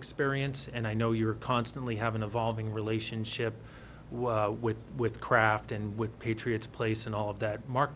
experience and i know you're constantly have an evolving relationship with with kraft and with patriots place and all of that mark